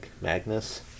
Magnus